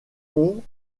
ont